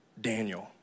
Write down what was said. Daniel